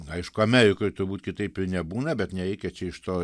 aišku amerikoj turbūt kitaip ir nebūna bet nereikia čia iš to